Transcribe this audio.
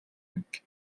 нэг